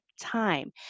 time